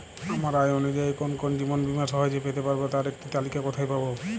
আমার আয় অনুযায়ী কোন কোন জীবন বীমা সহজে পেতে পারব তার একটি তালিকা কোথায় পাবো?